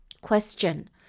question